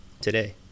today